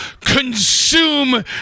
consume